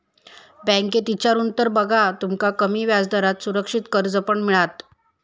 बँकेत इचारून तर बघा, तुमका कमी व्याजदरात सुरक्षित कर्ज पण मिळात